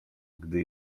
gdy